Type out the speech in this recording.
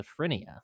schizophrenia